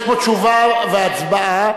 יש פה תשובה והצבעה,